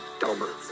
dumber